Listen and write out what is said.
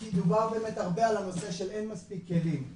כי דובר באמת על הנושא של אין מספיק כלים.